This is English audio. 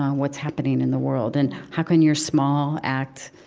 um what's happening in the world, and how can your small act,